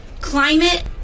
climate